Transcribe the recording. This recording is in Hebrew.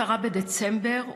10 בדצמבר,